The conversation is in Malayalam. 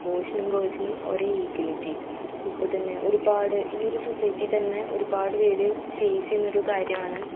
ബോയ്സിനും ഗേൾസിനും ഒരേ ഈക്വലിറ്റി ഇപ്പോൾ തന്നെ ഒരുപാട് ഈ ഒരു സൊസൈറ്റി തന്നെ ഒരുപാട് പേർ ഫേസ് ചെയ്യുന്ന ഒരു കാര്യമാണ്